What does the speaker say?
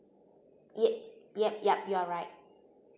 yup yup yup you're right